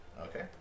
Okay